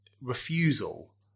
refusal